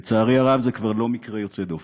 לצערי הרב, זה כבר לא מקרה יוצא דופן.